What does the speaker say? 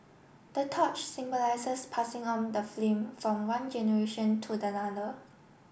the torch symbolises passing on the flame from one generation to the other